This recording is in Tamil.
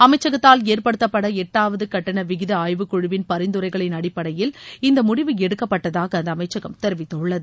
அமைச்சகத்தால் ஏற்படுத்தப்பட்ட எட்டாவது கட்டண விகிதம் ஆய்வுக்குழுவின் பரிந்துரைகளின் அடிப்படையில் இந்த முடிவு எடுக்கப்பட்டதாக அந்த அமைச்சகம் தெரிவித்துள்ளது